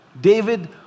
David